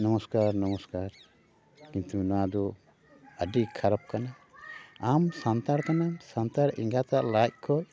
ᱱᱚᱢᱚᱥᱠᱟᱨ ᱱᱚᱢᱚᱥᱠᱟᱨ ᱠᱤᱱᱛᱩ ᱱᱚᱣᱟ ᱫᱚ ᱟᱹᱰᱤ ᱠᱷᱟᱨᱟᱯ ᱠᱟᱱᱟ ᱟᱢ ᱥᱟᱱᱛᱟᱲ ᱠᱟᱱᱟᱢ ᱥᱟᱱᱛᱟᱲ ᱮᱸᱜᱟᱛᱟᱜ ᱞᱟᱡ ᱠᱷᱚᱱ